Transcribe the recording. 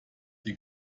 die